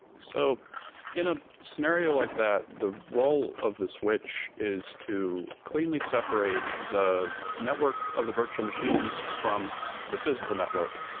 so in a scenario like that, the role of the switch is to cleanly separate the network of the virtual machines from the physical network.